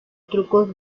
trucos